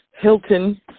Hilton